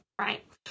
right